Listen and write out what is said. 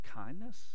kindness